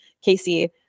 Casey